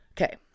Okay